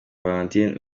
valentine